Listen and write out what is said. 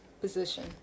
position